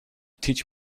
teach